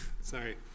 sorry